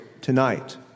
tonight